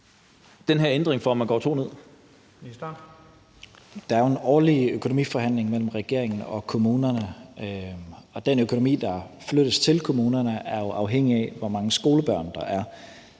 Der er jo en årlig økonomiforhandling mellem regeringen og kommunerne, og den økonomi, der flyttes til kommunerne, er afhængig af, hvor mange skolebørn der er.